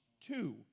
two